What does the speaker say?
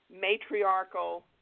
matriarchal